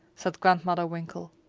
said grandmother winkle.